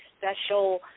special